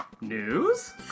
News